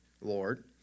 Lord